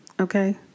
Okay